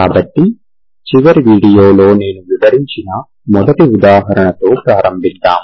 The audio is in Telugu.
కాబట్టి చివరి వీడియోలో నేను వివరించిన మొదటి ఉదాహరణతో ప్రారంభిద్దాము